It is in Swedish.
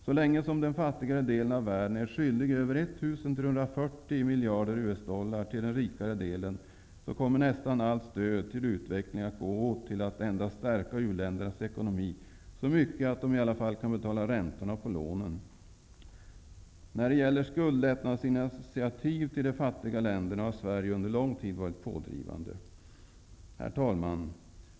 Så länge som den fattigare delen av världen är skyldig över 1 340 miljarder US dollar till den rikare delen, kommer nästan allt stöd till utveckling att gå åt till att endast stärka u-ländernas ekonomi så mycket att de i alla fall kan betala räntorna på lånen. När det gäller skuldlättnadsinitiativ till de fattigare länderna har Sverige under lång tid varit pådrivande. Herr talman!